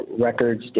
records